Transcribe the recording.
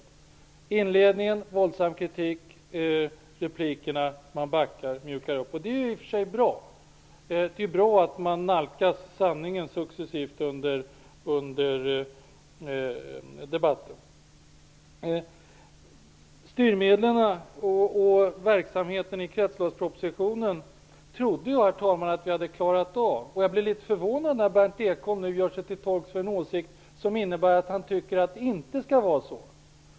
I inledningen riktas våldsam kritik, men i replikerna backar man. Det är i och för sig bra att man nalkas sanningen successivt under debatten. Herr talman! Jag trodde att vi hade klarat av frågorna om styrmedlen och verksamheten i kretsloppspropositionen. Därför blir jag litet förvånad när Berndt Ekholm nu gör sig till tolk för en åsikt som innebär att det inte är så.